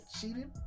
cheated